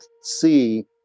see